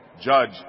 Judge